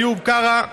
איוב קרא,